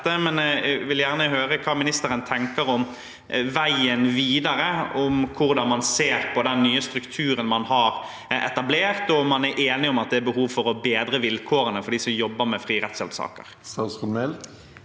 men jeg vil gjerne høre hva ministeren tenker om veien videre, om hvordan man ser på den nye strukturen man har etablert, og om man er enig i at det er behov for å bedre vilkårene for dem som jobber med fri rettshjelp-saker. Statsråd